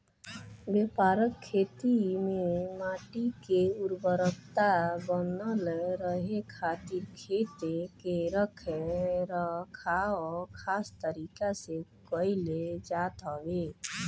व्यापक खेती में माटी के उर्वरकता बनल रहे खातिर खेत के रख रखाव खास तरीका से कईल जात हवे